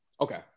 Okay